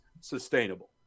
sustainable